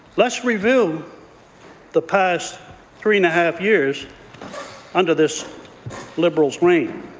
let's review the past three and a half years under this liberal reign.